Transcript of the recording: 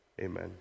Amen